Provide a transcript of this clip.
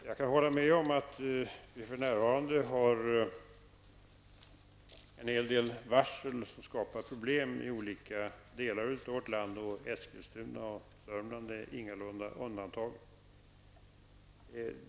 Fru talman! Jag kan hålla med om att vi för närvarande har en hel del varsel som skapar problem i olika delar av vårt land, och Eskilstuna och Sörmland är ingalunda undantagna.